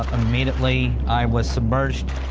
immediately i was submerged.